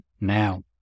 now